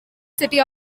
city